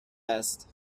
است